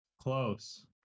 Close